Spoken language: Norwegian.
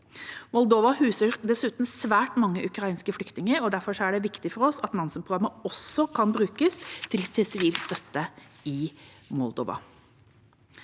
Moldova huser dessuten svært mange ukrainske flyktninger, og derfor er det viktig for oss at Nansen-programmet også kan brukes til sivil støtte i Moldova.